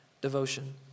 devotion